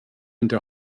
into